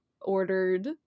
ordered